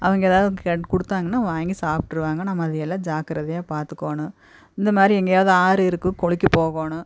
அவங்க ஏதாவது கொடுத்தாங்னா வாங்கி சாப்பிட்டுருவாங்க நாம அதையெல்லாம் ஜாக்கிரதையாக பார்த்துக்கோணும் இந்தமாதிரி எங்கியாவது ஆறு இருக்கு குளிக்கப் போகணும்